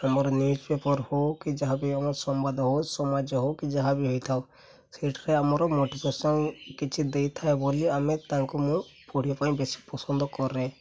ଆମର ନ୍ୟୁଜ୍ପେପର୍ ହେଉ କି ଯାହା ବି ଆମର ସମ୍ବାଦ ହେଉ ସମାଜ ହେଉ କି ଯାହା ବି ହେଇଥାଉ ସେଇଠାରେ ଆମର ମୋଟିଭେସନ୍ କିଛି ଦେଇଥାଏ ବୋଲି ଆମେ ତାକୁ ମୁଁ ପଢ଼ିବା ପାଇଁ ବେଶୀ ପସନ୍ଦ କରେ